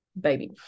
baby